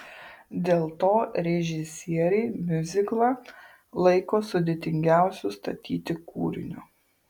dėl to režisieriai miuziklą laiko sudėtingiausiu statyti kūriniu